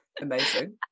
amazing